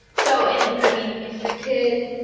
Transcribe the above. so, and i mean, if the kid